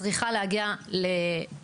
צריכה להגיע ליעד,